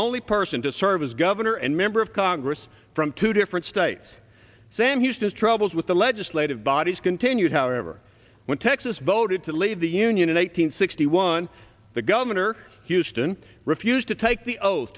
only person to serve as governor and member of congress from two different states sam houston is troubles with the legislative bodies continued however when texas voted to leave the union and eight hundred sixty one the governor houston refused to take the oath